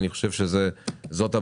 אני חושב שזאת הבמה,